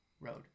road